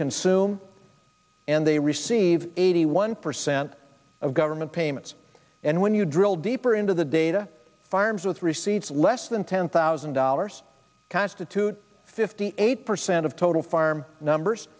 consume and they receive eighty one percent of government payments and when you drill deeper into the data farms with receipts less than ten thousand dollars constitute fifty eight percent of total farm numbers